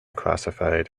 classified